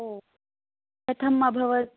ओ कथं अभवत्